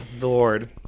Lord